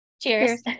Cheers